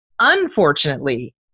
unfortunately